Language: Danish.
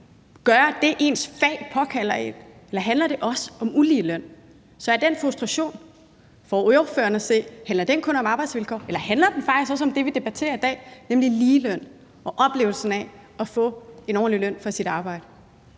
gøre det, ens fag påbyder en? Eller handler det også om uligeløn? Handler den frustration for ordføreren at se kun om arbejdsvilkår, eller handler den faktisk også om det, vi debatterer i dag, nemlig ligeløn og oplevelsen af at få en ordentlig løn for sit arbejde?